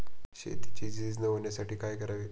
शेतीची झीज न होण्यासाठी काय करावे?